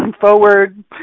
Forward